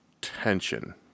tension